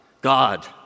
God